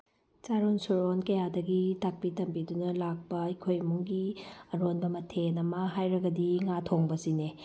ꯆꯥꯔꯣꯟ ꯁꯨꯔꯣꯟ ꯀꯌꯥꯗꯒꯤ ꯇꯥꯛꯄꯤ ꯇꯝꯕꯤꯗꯨꯅ ꯂꯥꯛꯄ ꯑꯩꯈꯣꯏ ꯏꯃꯨꯡꯒꯤ ꯑꯔꯣꯟꯕ ꯃꯊꯦꯜ ꯑꯃ ꯍꯥꯏꯔꯒꯗꯤ ꯉꯥ ꯊꯣꯡꯕꯁꯤꯅꯦ